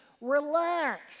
relax